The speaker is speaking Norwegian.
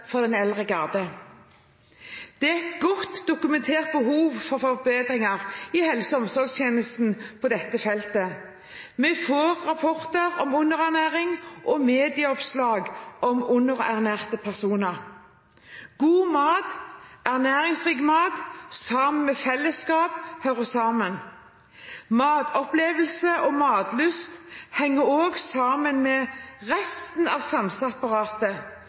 for den eldre garde. Det er et godt dokumentert behov for forbedringer i helse- og omsorgstjenesten på dette feltet. Vi får rapporter om underernæring og medieoppslag om underernærte personer. God mat, ernæringsrik mat, sammen med et fellesskap, hører sammen. Matopplevelse og matlyst henger også sammen med resten av